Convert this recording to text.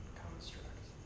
construct